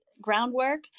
groundwork